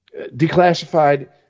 declassified